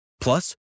plus